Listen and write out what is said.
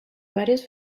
varios